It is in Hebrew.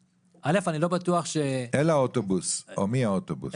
קודם כל: אני לא בטוח --- אל האוטובוס או מהאוטובוס,